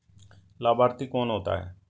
लाभार्थी कौन होता है?